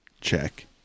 Check